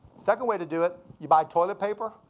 second way to do it, you buy toilet paper?